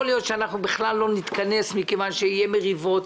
יכול להיות שאנחנו בכלל לא נתכנס מכיוון שיהיו מריבות.